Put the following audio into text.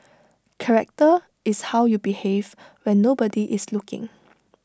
character is how you behave when nobody is looking